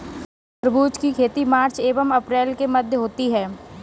तरबूज की खेती मार्च एंव अप्रैल के मध्य होती है